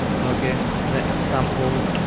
plugins, clips, samples.